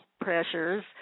pressures